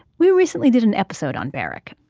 we recently did an episode on barrack.